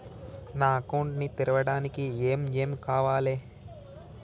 నా అకౌంట్ ని తెరవడానికి ఏం ఏం కావాలే?